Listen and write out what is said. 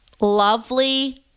lovely